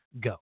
go